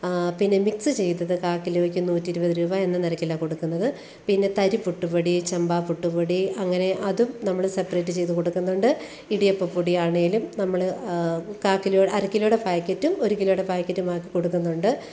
പിന്നെ മിക്സ് ചെയ്തത് കാൽ കിലോയ്ക്ക് നൂറ്റിയിരുപത് രൂപ എന്ന നിരക്കിലാണ് കൊടുക്കുന്നത് പിന്നെ തരി പുട്ട്പൊടി ചെമ്പാ പുട്ട്പൊടി അങ്ങനെ അതും നമ്മൾ സെപ്പ്രേറ്റ് ചെയ്ത് കൊടുക്കുന്നുണ്ട് ഇടിയപ്പപ്പൊടി ആണെങ്കിലും നമ്മൾ കാൽ കിലോ അരക്കിലോയുടെ പായ്ക്കറ്റും ഒരു കിലോയുടെ പായ്ക്കറ്റുമാക്കി കൊടുക്കുന്നുണ്ട്